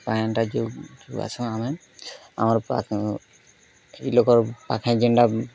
ପାଏନ୍ଟା ଯୋଉ ଯୋଗାସୁଁ ଆମେ ଆମର୍ ପାଖେ ଇ ଲୋକର୍ ପାଖେ ଯେଣ୍ଟା